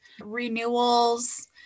renewals